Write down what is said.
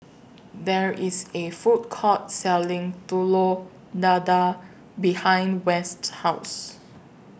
There IS A Food Court Selling Telur Dadah behind West's House